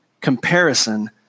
comparison